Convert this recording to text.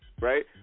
Right